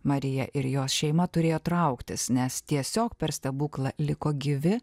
marija ir jos šeima turėjo trauktis nes tiesiog per stebuklą liko gyvi